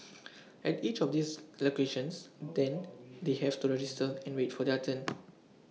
at each of these locations then they have to register and wait for their turn